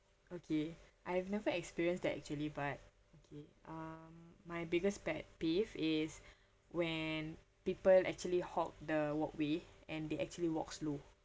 okay I've never experienced that actually but okay um my biggest pet peeve is when people actually hog the walkway and they actually walk slow